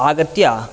आगत्य